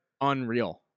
Unreal